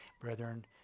Brethren